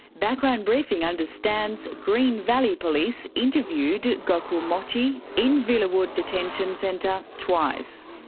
background briefing understands green valley police interviewed gokul mochi in villawood detention centre twice.